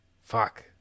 Fuck